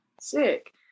Sick